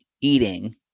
eating